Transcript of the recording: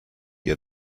ihr